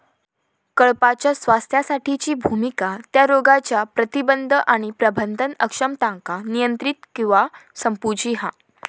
कळपाच्या स्वास्थ्यासाठीची भुमिका त्या रोगांच्या प्रतिबंध आणि प्रबंधन अक्षमतांका नियंत्रित किंवा संपवूची हा